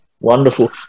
Wonderful